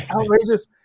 outrageous